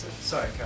Sorry